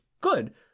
good